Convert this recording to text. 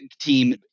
team